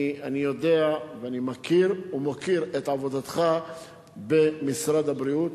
אני יודע ואני מכיר ומוקיר את עבודתך במשרד הבריאות,